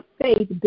faith